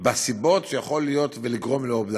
בסיבות שיכולות לגרום לאובדן.